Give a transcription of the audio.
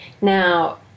Now